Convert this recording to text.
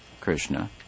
Krishna